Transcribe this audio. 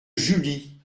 julie